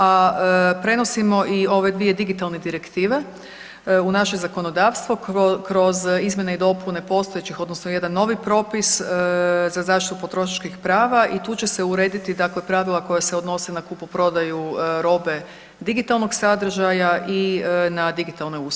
A prenosimo o ove dvije digitalne direktive u naše zakonodavstvo kroz izmjene i dopune postojećih odnosno jedan novi propis za zaštitu potrošačkih prava i tu će se urediti dakle pravila koja se odnose na kupoprodaju robe digitalnog sadržaja i na digitalne usluge.